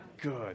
Good